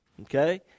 Okay